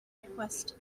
request